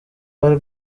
bari